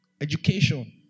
Education